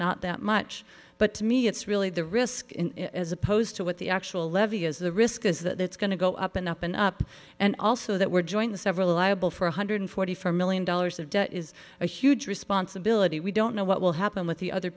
not that much but to me it's really the risk in as opposed to what the actual levy is the risk is that it's going to go up and up and up and also that we're joined the several liable for one hundred forty four million dollars of debt is a huge responsibility we don't know what will happen with the other